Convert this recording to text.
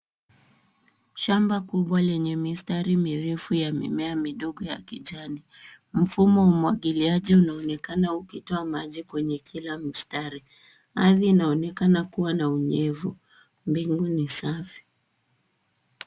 Shamba kubwa lenye mistari mirefu ya mimea midogo ya kijani. Mfumo wa umwagiliaji unaonekana ukitoa maji kwenye kila mstari. Ardhi inaonekana kuwa na unyevu. Mbingu ni safi.